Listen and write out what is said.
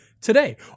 today